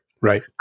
Right